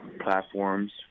platforms